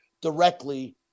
directly